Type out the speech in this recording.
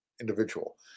individual